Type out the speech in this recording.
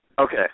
Okay